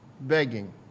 begging